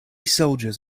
soldiers